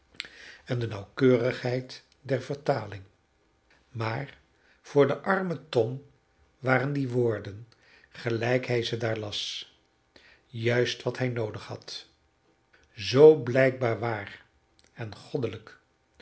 en de nauwkeurigheid der vertaling maar voor den armen tom waren die woorden gelijk hij ze daar las juist wat hij noodig had zoo blijkbaar waar en goddelijk